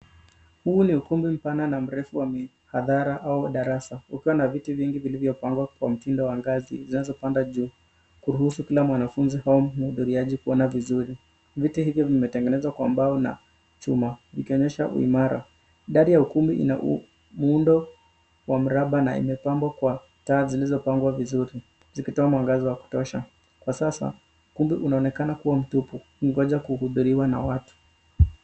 Huu ni ukumbi mpana na mrefu wa mihadhra au darasa ukiwa na viti vingi vilivyopagwa kwa mtindo wa ngazi zinazopanda juu kuruhusu kila mwanafunzi au mhudhuriaji kuona vizuri ,viti hivyo vimetegenezwa kwa mbao na chuma vikionyesha uimara idadi ya ukumbi unamuundo wa mraba na imepambwa kwa taa zilizopagwa vizuri zikitoa mwangaza wa kutosha .Kwa sasa ukumbi unaonekana kuwa mtupu ukigoja kuhudhuriwa na watu.